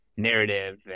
narrative